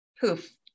poof